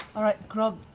all right, grog.